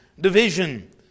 division